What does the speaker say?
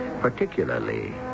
Particularly